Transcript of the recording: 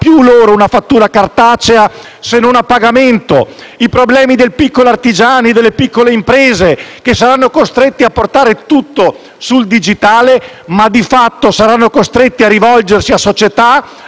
più loro una fattura cartacea, se non a pagamento; i problemi del piccolo artigiano e delle piccole imprese, che saranno costretti a portare tutto sul digitale e, di fatto, saranno costretti a rivolgersi a società,